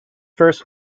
first